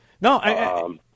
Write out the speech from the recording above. No